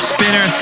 Spinner